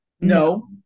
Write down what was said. No